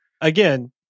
Again